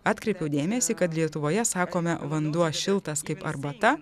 atkreipiau dėmesį kad lietuvoje sakome vanduo šiltas kaip arbata